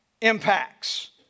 impacts